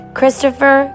Christopher